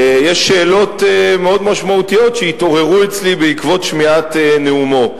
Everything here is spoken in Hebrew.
יש שאלות מאוד משמעותיות שהתעוררו אצלי בעקבות שמיעת נאומו.